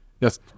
Yes